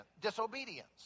disobedience